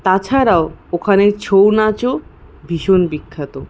তাছাড়াও ওখানে ছৌ নাচও ভীষণ বিখ্যাত